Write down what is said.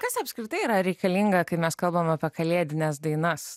kas apskritai yra reikalinga kai mes kalbam apie kalėdines dainas